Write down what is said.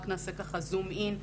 רק נעשה ככה זום אין,